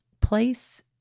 place